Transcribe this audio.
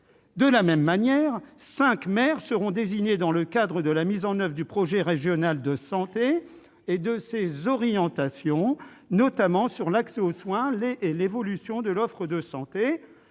De la même manière, cinq maires seront désignés dans le cadre de la mise en oeuvre du projet régional de santé et de ses orientations, notamment sur l'accès aux soins et l'évolution de l'offre de santé.